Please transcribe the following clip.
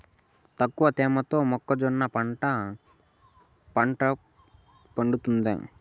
తక్కువ తేమతో మొక్కజొన్న పంట పండుతుందా?